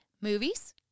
movies